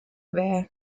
there